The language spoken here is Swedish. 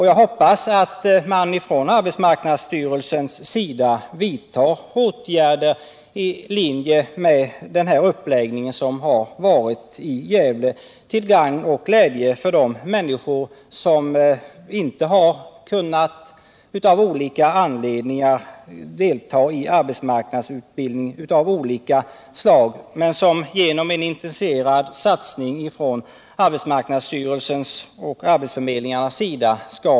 Jag hoppas att arbetsmarknadsstyrelsen vidtar åtgärder i linje med uppläggningen i Gävle, till glädje för de människor som av olika anledningar inte tidigare har kunnat delta i arbetsmarknadsutbildning.